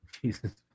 Jesus